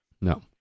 No